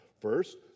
First